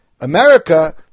America